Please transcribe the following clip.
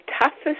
toughest